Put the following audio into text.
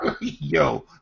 Yo